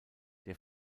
der